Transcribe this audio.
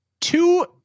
Two